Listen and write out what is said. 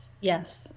Yes